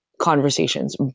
conversations